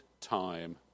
time